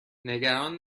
نگران